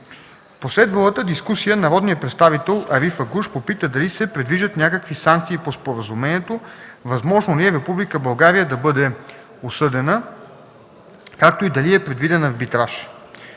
В последвалата дискусия народният представител Ариф Агуш попита дали се предвиждат някакви санкции по Споразумението, възможно ли е Република България да бъде осъдена, както и дали е предвиден арбитраж.